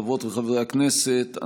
חברות וחברי הכנסת,